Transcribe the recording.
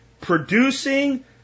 producing